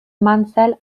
mansell